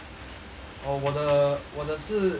哦我的我的是